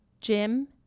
Jim